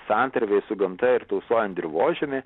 santarvėj su gamta ir tausojant dirvožemį